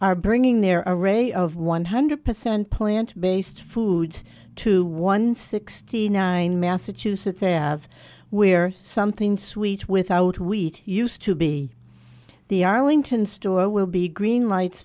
are bringing their are ray of one hundred percent plant based foods to one sixty nine massachusetts have where something sweet without wheat used to be the arlington store will be green lights